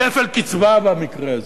כפל קצבה במקרה הזה.